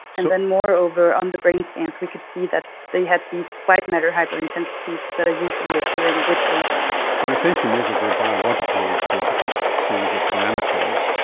and then moreover on the brain scans we could see that they had these white-matter hyperintensities that are usually appearing with age. so and essentially you measured their biological age through a different series of parameters,